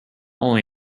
only